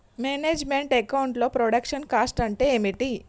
Manage meant account లో production cost అంటే ఏమిటి?